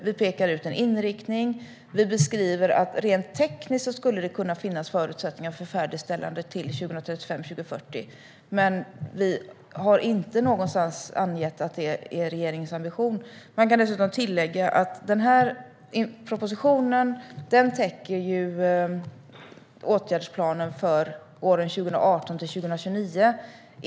Vi pekar ut en inriktning och beskriver att det rent tekniskt skulle kunna finnas förutsättningar för färdigställande till 2035-2040, men vi har inte någonstans angett att det är regeringens ambition. Man kan dessutom tillägga att den här propositionen täcker åtgärdsplanen för åren 2018-2029.